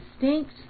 distinct